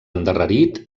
endarrerit